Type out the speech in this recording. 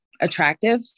attractive